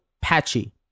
patchy